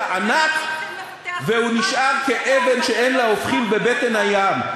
ענק והוא נשאר כאבן שאין לה הופכין בבטן הים.